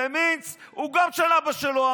ומינץ, המדינה גם של אבא שלו.